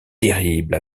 terrible